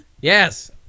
Yes